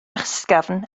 ysgafn